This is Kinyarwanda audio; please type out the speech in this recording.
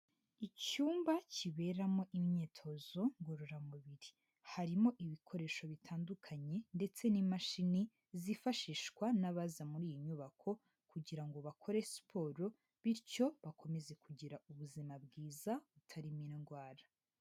Icyumba kiberamo imyitozo ngororamubiri. Harimo ibikoresho bitandukanye ndetse n'imashini zifashishwa n'abaza muri iyi nyubako kugira ngo bakore siporo bityo bakomeze kugira ubuzima bwiza, butarimo indwara.